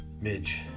Midge